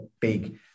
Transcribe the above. big